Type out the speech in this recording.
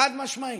חד-משמעית.